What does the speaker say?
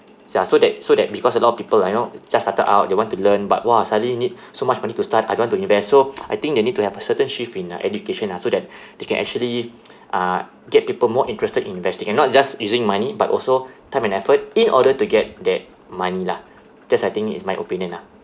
ya so that so that because a lot of people I know just started out they want to learn but !wah! suddenly need so much money to start I don't want to invest so I think they need to have a certain shift in their education ah so that they can actually uh get people more interested in investing and not just using money but also time and effort in order to get that money lah that's I think it's my opinion lah